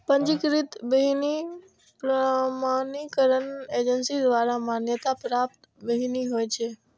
पंजीकृत बीहनि प्रमाणीकरण एजेंसी द्वारा मान्यता प्राप्त बीहनि होइ छै